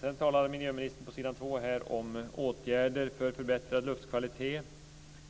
Sedan talar miljöministern om åtgärder för förbättrad luftkvalitet: